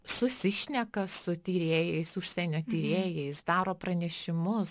susišneka su tyrėjais užsienio tyrėjais daro pranešimus